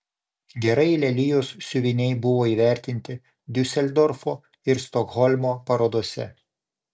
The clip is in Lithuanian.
gerai lelijos siuviniai buvo įvertinti diuseldorfo ir stokholmo parodose